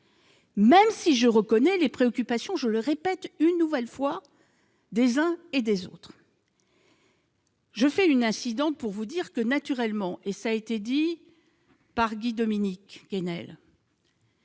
même si je comprends les préoccupations, je le répète, des uns et des autres. Je fais une incidente pour vous dire que, naturellement- cela a été dit par Guy-Dominique Kennel